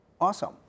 Awesome